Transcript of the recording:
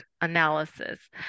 analysis